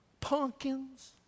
Pumpkins